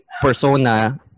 persona